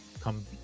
come